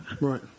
Right